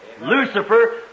Lucifer